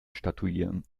statuieren